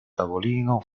tavolino